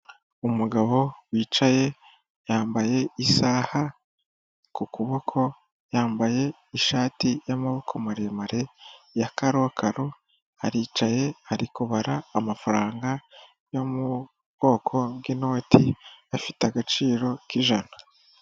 Umugabo wicaye yambaye isaha ku kuboko, yambaye ishati y'amaboko maremare ya karokaro, aricaye ari kubara amafaranga yo mu bwoko bw'inoti, afite agaciro k'ijana.